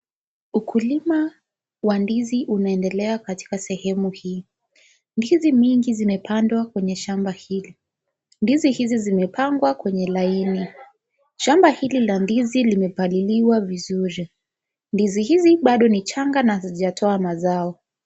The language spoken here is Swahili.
Ukulima wa ndizi unaendelea katika sehemu hii, ndizi mingi zimepandwa kwenye shamba hili. Ndizi hizi zimepangwa kwenye laini, shamba hili la ndizi limepaliliwa vizuri, ndizi hizi bado ni changa na hazijatoa mazao.